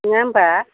नङा होम्बा